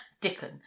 dickon